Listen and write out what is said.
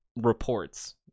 reports